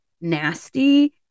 nasty